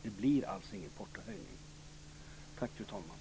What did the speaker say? Det blir alltså ingen portohöjning.